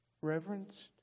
reverenced